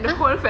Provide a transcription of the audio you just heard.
ah